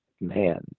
man